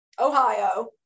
Ohio